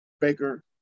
Baker